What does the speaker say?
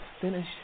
finish